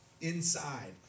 inside